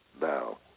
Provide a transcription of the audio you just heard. now